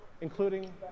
including